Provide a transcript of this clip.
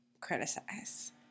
criticize